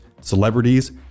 celebrities